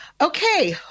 Okay